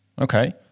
okay